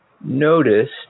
noticed